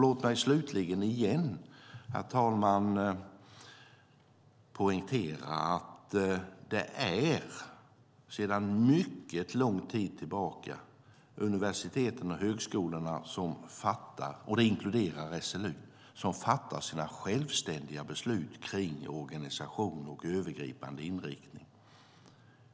Låt mig slutligen, herr talman, åter poängtera att sedan mycket lång tid tillbaka fattar universiteten och högskolorna, inklusive SLU, självständiga beslut om organisation och övergripande inriktning.